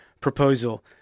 proposal